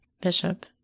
Bishop